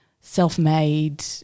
self-made